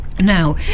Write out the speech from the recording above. Now